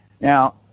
Now